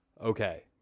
Okay